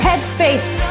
Headspace